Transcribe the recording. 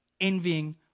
envying